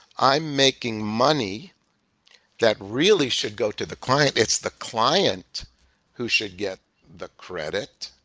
i'm making money that really should go to the client. it's the client who should get the credit,